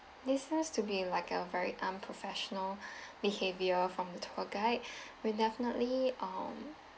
this sounds to be like a very unprofessional behaviour from the tour guide we'll definitely um